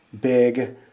big